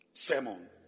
sermon